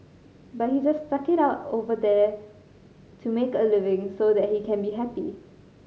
but he just stuck it out over here to make a living so that he can be happy